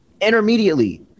intermediately